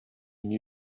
new